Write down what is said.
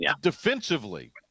defensively